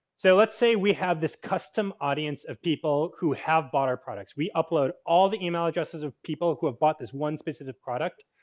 so, let's say we have this custom audience of people who have bought our products. we upload all the email addresses of people who have bought this one specific product.